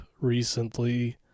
recently